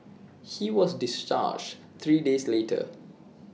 he was discharged three days later